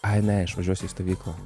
ai ne išvažiuosiu į stovyklą